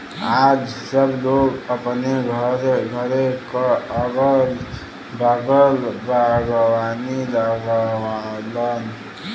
आज सब लोग अपने घरे क अगल बगल बागवानी लगावलन